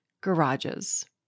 garages